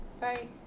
Bye